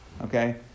Okay